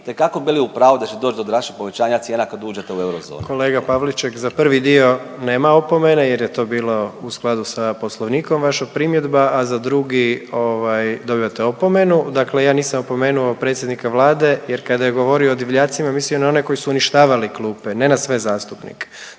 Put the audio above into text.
itekako bili u pravu da će doć do drastičnog povećanja cijena kad uđete u eurozonu. **Jandroković, Gordan (HDZ)** Kolega Pavliček, za prvi dio nema opomene jer je to bilo u skladu sa poslovnikom vaša primjedba, a za drugi ovaj dobivate opomenu. Dakle ja nisam opomenuo predsjednika Vlade jer kada je govorio o divljacima mislio je na one koji su uništavali klupe, ne na sve zastupnike.